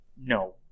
no